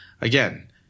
again